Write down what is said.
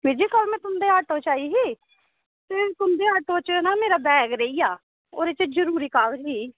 बीर जी कल में तुं'दे आटो च आई ही ते तुं'दे आटो च ना मेरा बैग रेही गेआ ओह्दे च जरूरी कागज़ ही